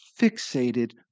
fixated